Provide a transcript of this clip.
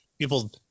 People